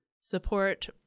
support